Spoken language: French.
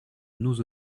nous